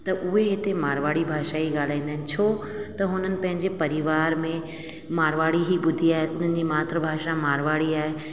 त उहे हिते मारवाड़ी भाषा ई ॻाल्हाईंदा आहिनि छो त हुननि पंहिंजे परिवार में मारवाड़ी ई ॿुधी आहे हिननि जी मातृ भाषा मारवाड़ी आहे